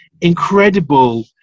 incredible